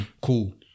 cool